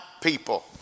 people